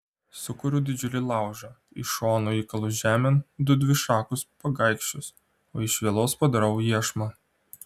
sukuriu didžiulį laužą iš šonų įkalu žemėn du dvišakus pagaikščius o iš vielos padarau iešmą